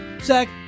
Zach